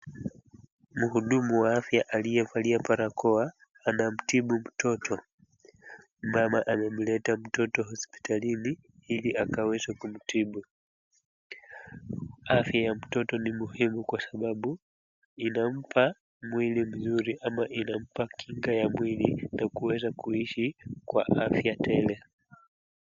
Mhudumu wa afya aliyevalia barakoa anamtibu mtoto. Mama amemleta mtoto hospitalini ili akaweze kumtibu. Afya ya mtoto ni muhimu kwa sababu inampa mwili mzuri ama inampa kinga ya mwili na kuweza kuishi kwa afya tele.